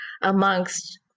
amongst